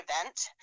event